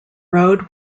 road